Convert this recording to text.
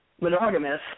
monogamous